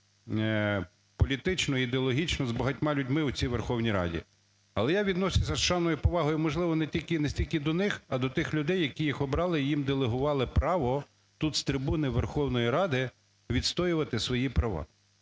політично і ідеологічно з багатьма людьми в цій Верховній Раді. Але я відношуся з шаною і повагою, можливо, не стільки до них, а до тих людей, які їх обрали і їм делегували право тут, з трибуни Верховної Ради, відстоювати свої права.